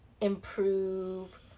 improve